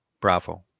bravo